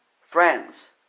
Friends